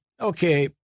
okay